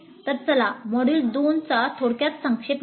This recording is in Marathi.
तर चला मॉड्यूल २ चा थोडक्यात संक्षेप घेऊ